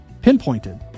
pinpointed